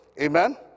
amen